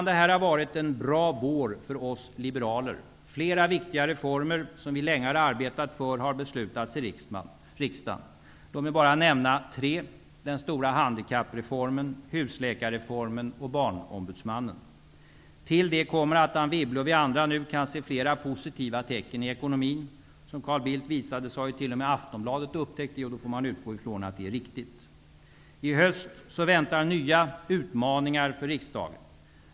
Det här har varit en bra vår för oss liberaler. Flera viktiga reformer som vi länge har arbetat för har det nu beslutats om i riksdagen. Låt mig bara nämna tre sådana: handikappreformen, husläkarreformen och reformen om barnombudsman. Till det kommer att bl.a. Anne Wibble nu kan se flera positiva tecken i ekonomin. Såsom Carl Bildt påvisade har även Aftonbladet upptäckt det -- då får man utgå från att det är riktigt! I höst väntar nya utmaningar för riksdagen.